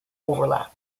overlap